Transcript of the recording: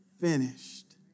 finished